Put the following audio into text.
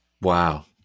Wow